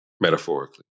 metaphorically